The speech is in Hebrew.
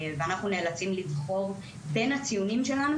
ואנחנו נאלצים לבחור בין הציונים שלנו